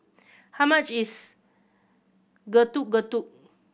how much is Getuk Getuk